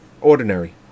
Ordinary